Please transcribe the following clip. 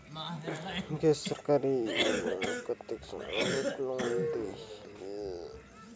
गैर सरकारी बैंक कतेक समय बर लोन देहेल?